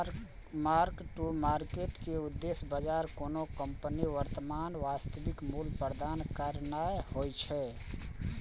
mark to market के उद्देश्य बाजार कोनो कंपनीक वर्तमान वास्तविक मूल्य प्रदान करना होइ छै